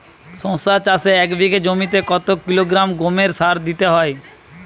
শশা চাষে এক বিঘে জমিতে কত কিলোগ্রাম গোমোর সার দিতে হয়?